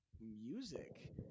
music